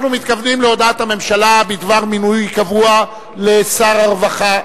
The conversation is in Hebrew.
אנחנו מתכוונים להודעת הממשלה בדבר מינוי קבוע לשר הרווחה.